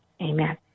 Amen